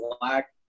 black